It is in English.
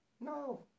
No